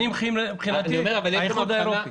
האיחוד האירופאי.